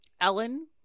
Ellen